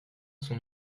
son